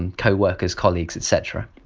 and co-workers, colleagues etc.